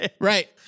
Right